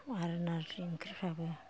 आरो नारजि ओंख्रिफ्राबो